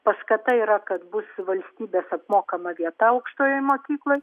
paskata yra kad bus valstybės apmokama vieta aukštojoj mokykloj